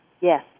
Yes